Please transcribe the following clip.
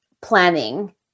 planning